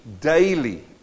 daily